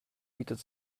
bietet